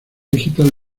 digital